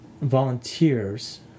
volunteers